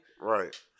right